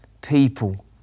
people